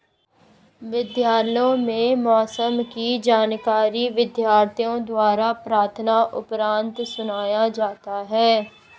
विद्यालयों में मौसम की जानकारी विद्यार्थियों द्वारा प्रार्थना उपरांत सुनाया जाता है